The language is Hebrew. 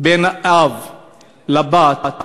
בין האב לבת,